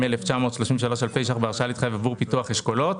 22,933 אלפי שקלים בהרשאה להתחייב עבור פיתוח אשכולות.